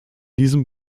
diesem